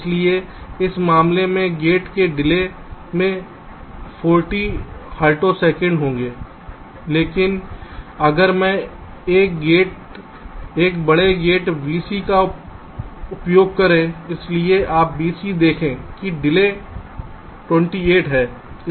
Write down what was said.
इसलिए इस मामले में गेट के डिले में 40 हर्टोसेकंड होंगे लेकिन अगर मैं एक बड़े गेट vC का उपयोग करें इसलिए आप vC देखें कि डिले 28 है